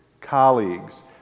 colleagues